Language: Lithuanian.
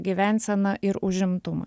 gyvenseną ir užimtumą